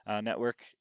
network